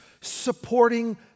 supporting